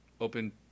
open